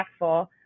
impactful